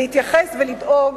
ולהתייחס ולדאוג